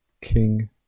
king